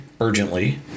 urgently